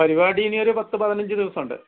പരിപാടി ഇനി ഒരു പത്ത് പതിനഞ്ച് ദിവസമുണ്ട്